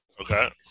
Okay